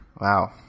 Wow